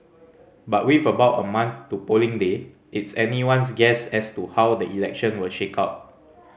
but with about a month to polling day it's anyone's guess as to how the election will shake out